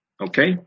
okay